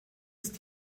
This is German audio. ist